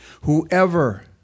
whoever